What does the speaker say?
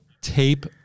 tape